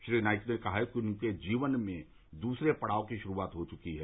श्री नाईक ने कहा कि उनके जीवन में दूसरे पड़ाव की शुरूआत हो चुकी है